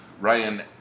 Ryan